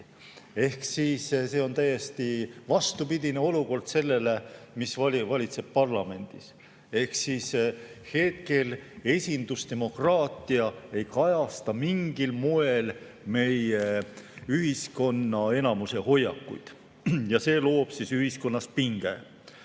52,7%. See on täiesti vastupidine olukord sellele, mis valitseb parlamendis. Ehk hetkel esindusdemokraatia ei kajasta mingil moel meie ühiskonna enamuse hoiakuid ja see loob ühiskonnas pinget.